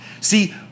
See